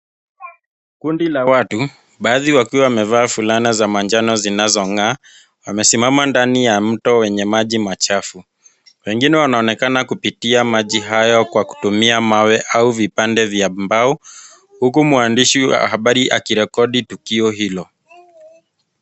Kundi la watu, baadhi wakiwa wamevaa fulana za manjano zinazong'aa wamesimama ndani ya mto wenye maji machafu, pengine wanaonekana kupitia maji hayo kwa kutumia mawe au vipande vya mbao huku mwandishi wa habari akirekodi tukio hilo.